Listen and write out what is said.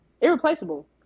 irreplaceable